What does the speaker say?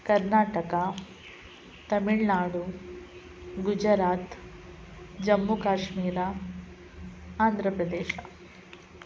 Karnataka Tamil Nadu Gujarat Jammu Kashmir Andhra Pradesh